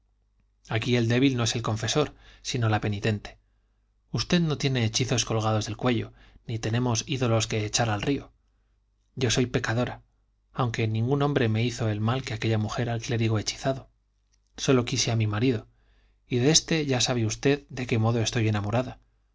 aquí el débil no es el confesor sino la penitente usted no tiene hechizos colgados del cuello ni tenemos ídolos que echar al río yo soy la pecadora aunque ningún hombre me hizo el mal que aquella mujer al clérigo hechizado sólo quise a mi marido y de este ya sabe usted de qué modo estoy enamorada